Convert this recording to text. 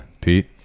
Pete